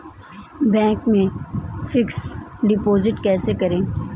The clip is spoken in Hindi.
बैंक में फिक्स डिपाजिट कैसे करें?